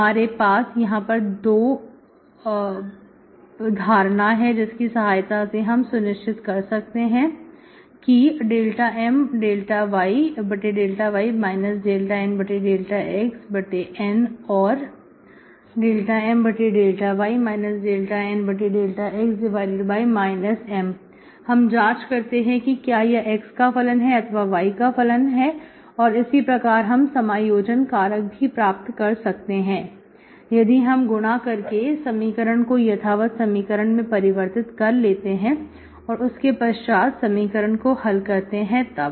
हमारे पास यहां पर दो धारण है जिससे की सहायता से हम सुनिश्चित कर सकते हैं कि ∂M∂y ∂N∂xN or ∂M∂y ∂N∂x M हम जांच करते हैं कि क्या यह x का फलन है अथवा y का फलन और इसी प्रकार हम समायोजन कारक भी प्राप्त कर सकते हैं यदि हम गुणा करके समीकरण को यथावत समीकरण में परिवर्तित कर लेते हैं और उसके पश्चात समीकरण को हल करते हैं तब